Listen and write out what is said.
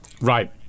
right